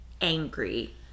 angry